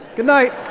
good night